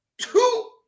two